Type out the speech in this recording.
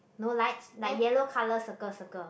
no lights like yellow colour circle circle